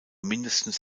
mindestens